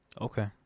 Okay